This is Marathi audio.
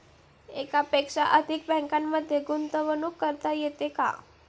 एकापेक्षा अधिक बँकांमध्ये गुंतवणूक करता येते का?